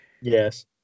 Yes